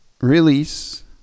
release